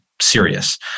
serious